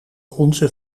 onze